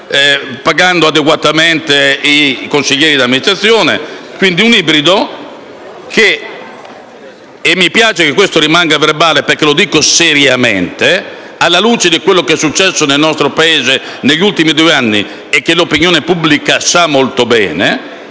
pagando adeguatamente i consiglieri d'amministrazione,